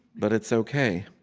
but it's ok.